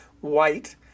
white